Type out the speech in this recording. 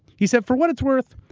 he said, for what it's worth,